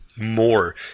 more